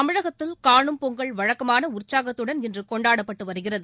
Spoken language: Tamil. தமிழகத்தில் கானும் பொங்கல் வழக்கமான உற்சாகத்துடன் இன்று கொண்டாடப்பட்டு வருகிறது